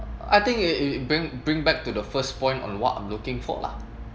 I think you you bring bring back to the first point on what I'm looking for lah